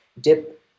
dip